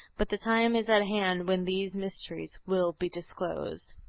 but the time is at hand when these mysteries will be disclosed.